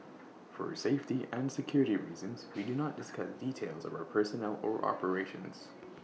for safety and security reasons we do not discuss details of our personnel or operations